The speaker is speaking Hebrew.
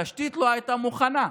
התשתית לא הייתה מוכנה.